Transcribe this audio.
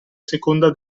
seconda